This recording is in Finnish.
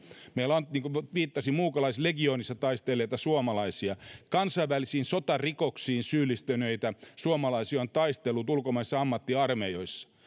meillä on niin kuin viittasin muukalaislegioonissa taistelleita suomalaisia kansainvälisiin sotarikoksiin syyllistyneitä suomalaisia on taistellut ulkomaisissa ammattiarmeijoissa nämä